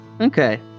okay